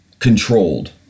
Controlled